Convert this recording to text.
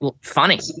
funny